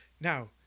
Now